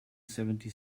seventy